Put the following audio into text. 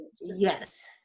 Yes